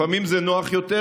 לפעמים זה נוח יותר,